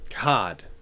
God